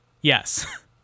Yes